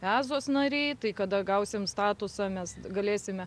ezos nariai tai kada gausim statusą mes galėsime